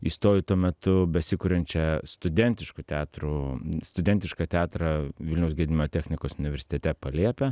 įstojau į tuo metu besikuriančią studentiškų teatrų studentišką teatrą vilniaus gedimino technikos universitete palėpę